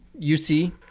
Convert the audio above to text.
UC